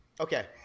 okay